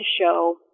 show